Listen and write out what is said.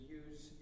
use